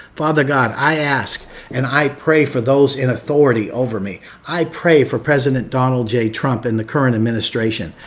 father, god, i ask and i pray for those in authority over me. i pray for president donald j. trump and the current administration.